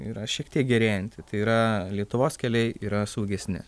yra šiek tiek gerėjanti tai yra lietuvos keliai yra saugesni